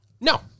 No